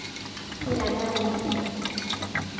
उससे ज़्यादा नहीं पड़ेगी